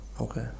Okay